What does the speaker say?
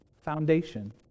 foundation